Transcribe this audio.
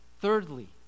Thirdly